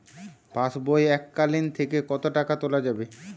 পাশবই এককালীন থেকে কত টাকা তোলা যাবে?